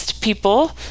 people